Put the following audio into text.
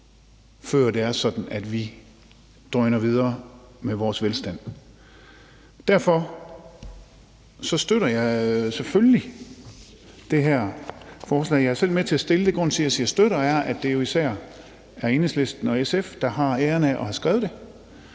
før det er sådan, at vi drøner videre med vores velstand. Derfor støtter jeg selvfølgelig det her forslag. Jeg har selv været med til at fremsætte det, men grunden til, at jeg siger, at jeg støtter det, er, at det jo især er Enhedslisten og SF, der har æren af at have skrevet det,